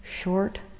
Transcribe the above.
short